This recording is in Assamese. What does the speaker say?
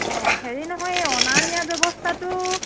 অ হেৰি নহয় এই অনা নিয়াৰ ব্যৱস্থাটো